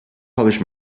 publish